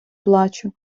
плачу